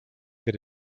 that